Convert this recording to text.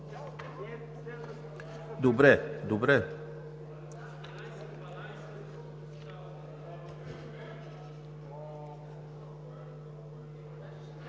Добре,